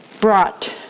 brought